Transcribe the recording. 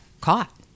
caught